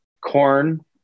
corn